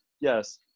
yes